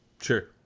Sure